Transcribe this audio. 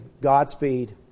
Godspeed